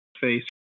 face